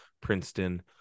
Princeton